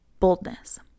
boldness